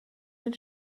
den